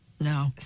No